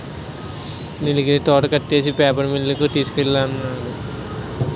నీలగిరి తోట కొట్టేసి paper mill కి తోలికెళ్ళినారు